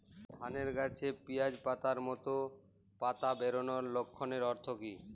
ধানের গাছে পিয়াজ পাতার মতো পাতা বেরোনোর লক্ষণের অর্থ কী?